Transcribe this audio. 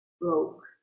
broke